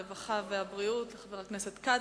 הרווחה והבריאות, חבר הכנסת כץ.